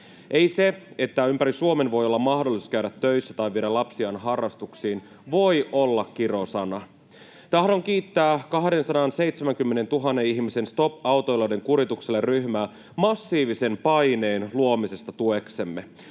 Ei se, että ympäri Suomen voi olla mahdollisuus käydä töissä tai viedä lapsiaan harrastuksiin, voi olla kirosana. Tahdon kiittää 270 000 ihmisen Stop autoilijoiden kuritukselle -ryhmää massiivisen paineen luomisesta tueksemme.